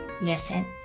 Listen